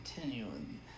continuing